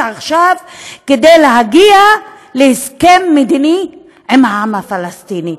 עכשיו כדי להגיע להסכם מדיני עם העם הפלסטיני.